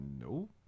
No